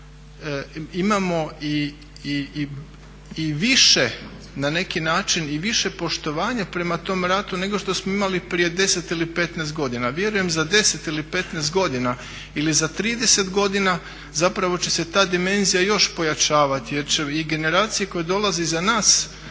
imamo i više na neki način i više poštovanja prema tom ratu nego što smo imali prije 10 ili 15 godina. Vjerujem za 10 ili 15 godina ili za 30 godina zapravo će se ta dimenzija još pojačavati jer će i generacije koje dolaze iza nas